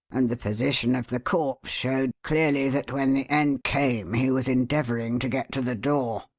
and the position of the corpse showed clearly that when the end came he was endeavouring to get to the door.